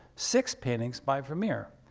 six paintings by vermeer,